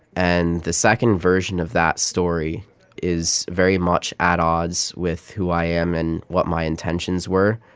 and the second version of that story is very much at odds with who i am and what my intentions were.